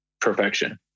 perfection